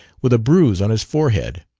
with a bruise on his forehead